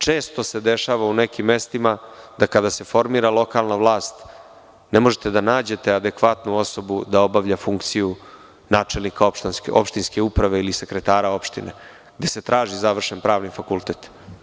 Često se dešava u nekim mestima da kada se formira lokalna vlast, ne možete da nađete adekvatnu osobu da obavlja funkciju načelnika opštinske uprave ili sekretara opštine, gde se traži završen pravni fakultet.